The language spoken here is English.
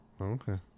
Okay